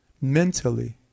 Mentally